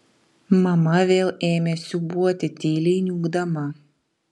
mama vėl ėmė siūbuoti tyliai niūkdama